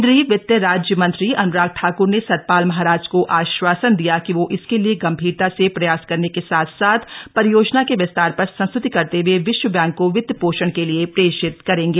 केन्द्रीय वित राज्य मंत्री अन्राग ठाक्र ने सतपाल महाराज को आश्वासन दिया कि वो इसके लिए गंभीरता से प्रयास करने के साथ साथ परियोजना के विस्तार पर संस्त्ति करते हुए विश्व बैंक को वित्त पोषण के लिए प्रेषित करेंगे